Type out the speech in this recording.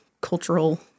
cultural